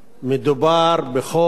מדובר בחוק